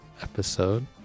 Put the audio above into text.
episode